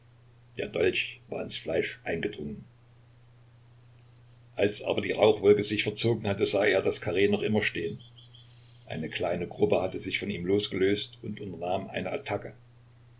der dolch war ins fleisch eingedrungen als aber die rauchwolke sich verzogen hatte sah er das karree noch immer stehen eine kleine gruppe hatte sich von ihm losgelöst und unternahm eine attacke